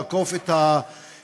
לעקוף את הרגולטורים,